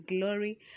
glory